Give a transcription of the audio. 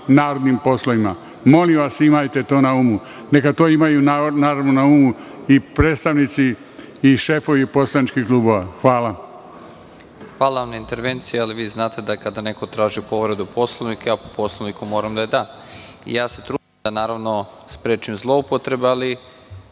narodnim poslovima. Molim vas, imajte to na umu, neka to imaju na umu i predstavnici i šefovi poslaničkih klubova. **Nebojša Stefanović** Hvala na intervenciji, ali vi znate da kada neko traži povredu Poslovnika, ja po Poslovniku moram da je dam i ja se trudim da sprečim zloupotrebu, ali